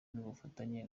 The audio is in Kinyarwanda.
n’ubufatanye